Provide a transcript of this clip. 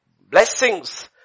blessings